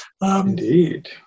Indeed